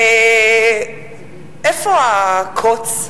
ואיפה הקוץ?